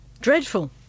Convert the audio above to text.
Dreadful